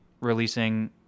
releasing